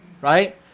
right